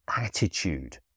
attitude